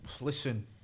listen